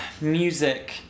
music